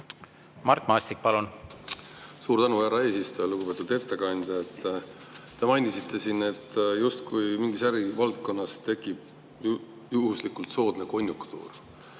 Mart Maastik, palun! Suur tänu, härra eesistuja! Lugupeetud ettekandja! Te mainisite siin, et justkui mingis ärivaldkonnas tekib juhuslikult soodne konjunktuur.